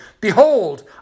Behold